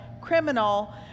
criminal